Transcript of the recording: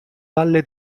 valle